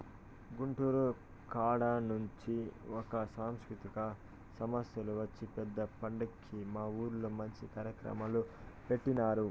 గుంటూరు కాడ నుంచి ఒక సాంస్కృతిక సంస్తోల్లు వచ్చి పెద్ద పండక్కి మా ఊర్లో మంచి కార్యక్రమాలు పెట్టినారు